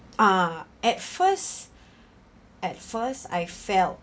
ah at first at first I felt